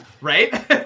Right